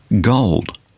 gold